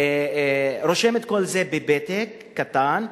רושם את כל זה בפתק קטן,